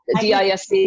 DISC